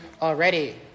already